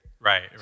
Right